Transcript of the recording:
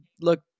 look